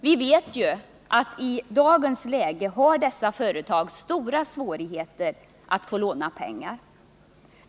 Vi vet att i dagens läge har dessa företag stora svårigheter att få låna pengar.